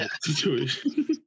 situation